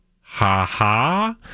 ha-ha